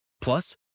Plus